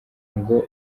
ngo